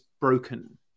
broken